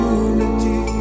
unity